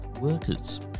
workers